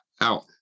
out